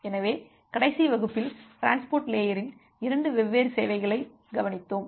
எனவே கடைசி வகுப்பில் டிரான்ஸ்போர்ட் லேயரின் இரண்டு வெவ்வேறு சேவைகளை நாங்கள் கவனித்தோம்